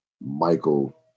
Michael